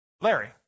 Larry